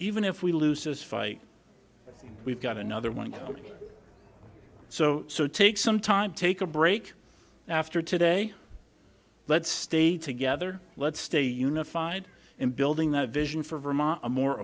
even if we lose this fight we've got another one coming so so take some time take a break after today let's stay together let's stay unified and building that vision for vermont a more